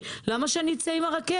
לא עם הרכבת,